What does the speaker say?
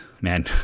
man